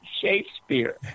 Shakespeare